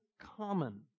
common